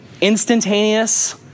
instantaneous